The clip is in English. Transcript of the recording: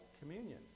communion